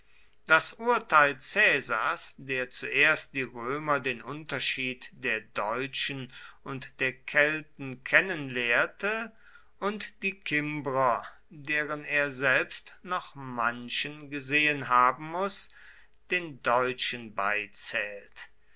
das urteil caesars der zuerst die römer den unterschied der deutschen und der kelten kennen lehrte und die kimbrer deren er selbst noch manchen gesehen haben muß den deutschen beizählt